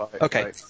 Okay